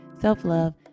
self-love